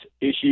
issue